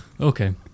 Okay